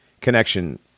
connection